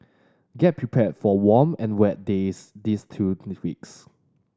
get prepared for warm and wet days these two next weeks